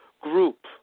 group